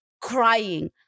crying